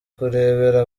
kurebera